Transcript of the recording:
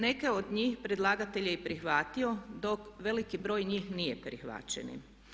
Neke od njih predlagatelj je i prihvatio dok veliki broj njih nije prihvaćeni.